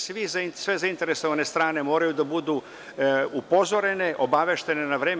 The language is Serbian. Sve zainteresovane strane moraju da budu upozorene, obaveštene na vreme.